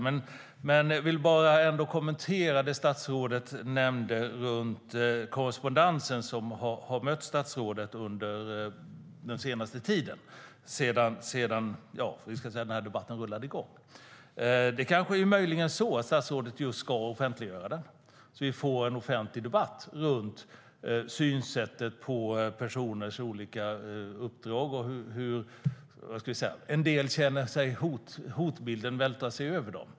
Men låt mig först kommentera det som statsrådet sa om korrespondensen som hon fått sedan debatten rullade igång. Möjligen ska statsrådet offentliggöra den så att vi får en offentlig debatt om hur man ser på personers olika uppdrag och hur en del känner att hotbilden vältrar sig över dem.